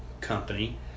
Company